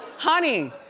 honey,